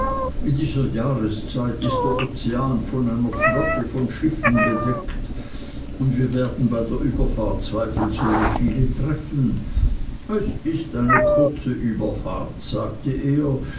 in dieser jahreszeit ist der ozean von einer flotte von schiffen bedeckt und wir werden bei der überfahrt zweifelsohne viele treffen es ist ein kurze überfahrt sagte er